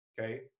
okay